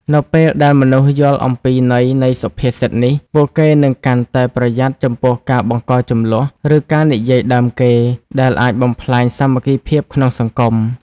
នៅពេលដែលមនុស្សយល់អំពីន័យនៃសុភាសិតនេះ ពួកគេនឹងកាន់តែប្រយ័ត្នចំពោះការបង្កជម្លោះ ឬការនិយាយដើមគេ ដែលអាចបំផ្លាញសាមគ្គីភាពក្នុងសង្គម។